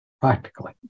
practically